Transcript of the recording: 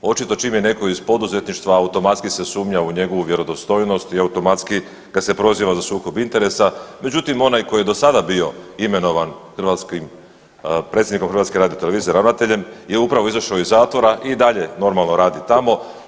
Očito čim je netko iz poduzetništva, automatski se sumnja u njegovu vjerodostojnost i automatski ga se proziva za sukob interesa, međutim, onaj koji je do sada bio imenovan hrvatskim, predsjednikom HRT-a, ravnateljem je upravo izašao iz zatvora i dalje normalno radi tamo.